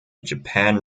japan